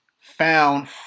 found